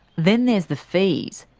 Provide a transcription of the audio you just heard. then there's the fees.